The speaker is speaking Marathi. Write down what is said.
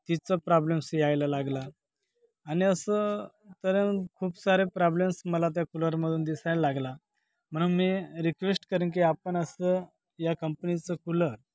तिचं प्राब्लेम्स यायला लागला आणि असं तर खूप सारे प्राब्लेम्स मला त्या कूलरमधून दिसायला लागला म्हणून मी रिक्वेस्ट करीन की आपण असं या कंपनीचं कूलर